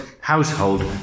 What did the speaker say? household